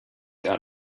out